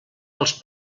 dels